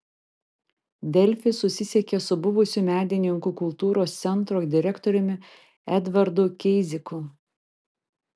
delfi susisiekė su buvusiu medininkų kultūros centro direktoriumi edvardu keiziku